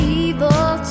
evil